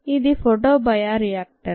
ఇది ఫోటోబయోరియాక్టర్